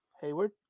Hayward